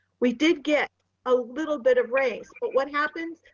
we did get a little bit of race, but what happens?